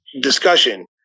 discussion